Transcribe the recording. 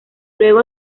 luego